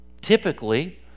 Typically